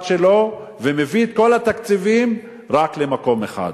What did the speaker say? שלו ומביא את כל התקציבים רק למקום אחד.